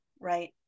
right